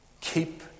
Keep